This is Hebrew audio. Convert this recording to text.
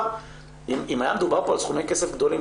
אם היה מדובר כאן על סכומי כסף גדולים,